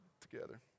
together